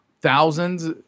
thousands